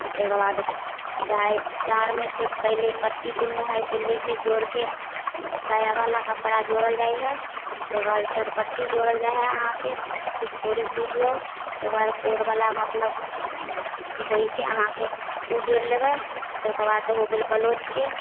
आओर तकर बाद डाँ डाँढ़मेके पहिले पट्टी दुनू हइ से लऽ कऽ जोड़िके सायावला कपड़ा जोड़ल जाइ हइ तकर बाद डाँढ़पट्टी जोड़ल जाइ हइ अहाँके फेर छोर सीबि लिऔ तकर बाद कोरवला मतलब जे होइ हिकै अहाँके ओ जोड़ि लेबै तकर बाद हो गेल ब्लाउजके